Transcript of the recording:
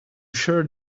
sure